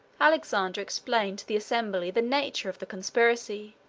alexander explained to the assembly the nature of the conspiracy,